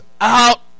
out